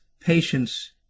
patience